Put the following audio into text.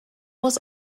was